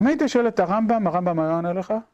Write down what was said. אם היית שואל את הרמב״ם, הרמב״ם היה עונה לך?